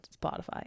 Spotify